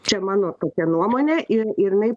čia mano tokia nuomonė ir ir inai